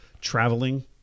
traveling